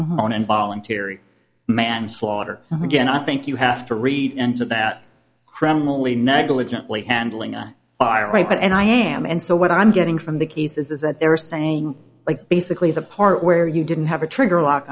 on involuntary manslaughter again i think you have to read into that criminally negligent way handling on fire right but and i am and so what i'm getting from the cases is that they're saying basically the part where you didn't have a trigger lock